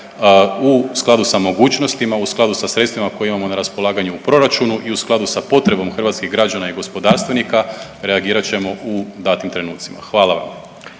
u skladu sa mogućnostima, u skladu sa sredstvima koja imamo na raspolaganju u proračunu i u skladu sa potrebom hrvatskih građana i gospodarstvenika reagirat ćemo u datim trenucima. Hvala vam.